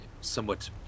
somewhat